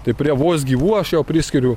tai prie vos gyvų aš jau priskiriu